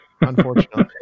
Unfortunately